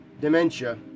dementia